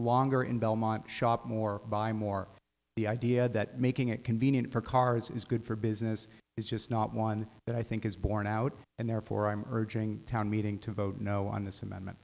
longer in belmont shop more buy more the idea that making it convenient for cars is good for business is just not one that i think is borne out and therefore i'm urging town meeting to vote no on this amendment